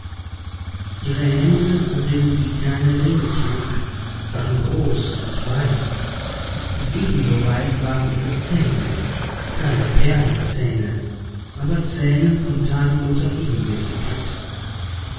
ihre hände an denen sie keine ringe trug waren groß und weiß und ebenso waren ihre zähne keine perlen zähne aber zähne von tadelloser ebenmäßigkeit